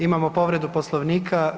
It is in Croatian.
Imamo povredu Poslovnika.